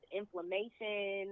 inflammation